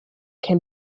can